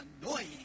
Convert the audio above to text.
annoying